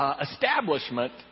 establishment